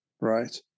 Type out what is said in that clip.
right